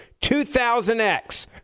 2000X